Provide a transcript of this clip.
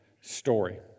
story